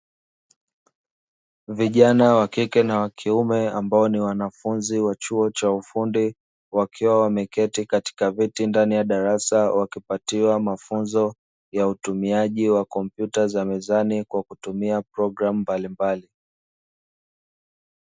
Vijana wa kike na wa kiume, ambao ni wanafunzi wa chuo cha ufundi, wakiwa wameketi katika viti ndani ya darasa, wakipatiwa mafunzo ya utumiaji wa kompyuta za mezani kwa kutumia programu mbalimbali.